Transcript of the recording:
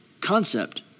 concept